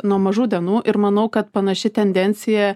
nuo mažų dienų ir manau kad panaši tendencija